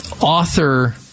author